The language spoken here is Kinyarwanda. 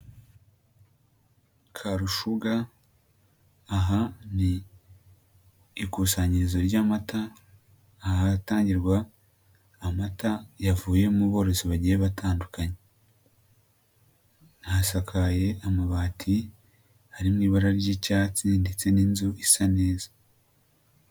Karushuga aha ni ikusanyirizo ry'amata ahatangirwa amata yavuye mu borozi bagiye batandukanye, hasakaje amabati arimo ibara ry'icyatsi ndetse n'inzu isa neza.